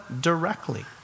directly